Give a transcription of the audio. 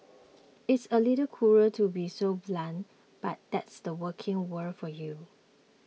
it's a little cruel to be so blunt but that's the working world for you